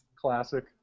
Classic